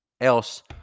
else